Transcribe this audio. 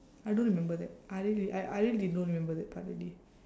I don't remember that I really I I really don't remember that part already